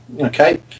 Okay